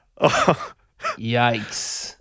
Yikes